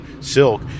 silk